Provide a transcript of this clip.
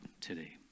today